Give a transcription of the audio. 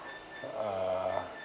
uh